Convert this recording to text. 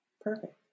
Perfect